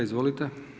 Izvolite.